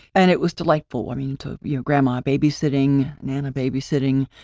and it was delightful. i mean, to your grandma babysitting nana babysitting,